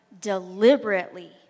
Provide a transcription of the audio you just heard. deliberately